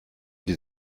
die